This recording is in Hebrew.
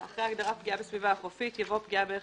(4) אחרי ההגדרה "פגיעה בסביבה חופית" יבוא: ""פגיעה בערך